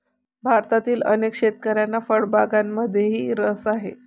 भारतातील अनेक शेतकऱ्यांना फळबागांमध्येही रस आहे